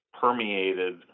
permeated